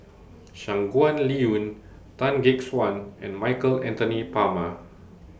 Shangguan Liuyun Tan Gek Suan and Michael Anthony Palmer